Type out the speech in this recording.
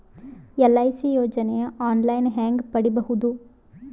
LIC ಯೋಜನೆ online ಹೇಂಗ ಪಡಿಬಹುದು?